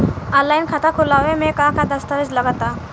Online खाता खूलावे म का का दस्तावेज लगा ता?